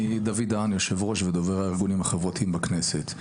אני דוד דהן, יו"ר ודובר הארגונים החברתיים בכנסת.